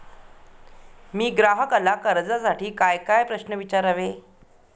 मी ग्राहकाला कर्जासाठी कायकाय प्रश्न विचारावे?